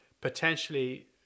potentially